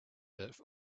that